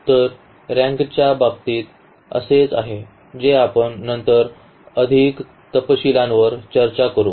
तर रँकच्या बाबतीत असेच आहे जे आपण नंतर अधिक तपशीलांवर चर्चा करू